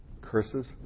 curses